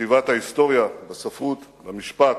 בכתיבת ההיסטוריה, בספרות, במשפט.